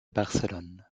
barcelone